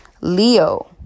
Leo